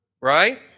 Right